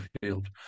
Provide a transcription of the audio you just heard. field